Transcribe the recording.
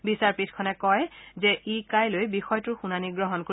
বিচাৰপীঠখনে কয় যে ই কাইলৈ বিষয়টোৰ শুনানী গ্ৰহণ কৰিব